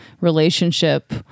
relationship